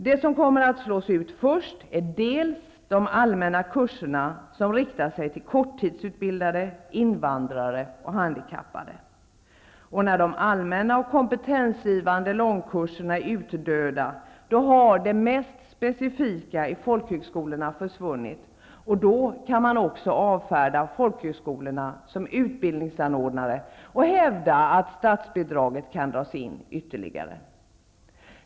Det som kommer att slås ut först är de allmänna kurserna som riktar sig till korttidsutbildade, invandrare och handikappade. När de allmänna och kompetensgivande långkurserna är utdöda, har det mest specifika i folkhögskolorna försvunnit. Då går det att avfärda folkhögskolorna som utbildningsanordnare och hävda att statsbidraget kan dras in ytterligare.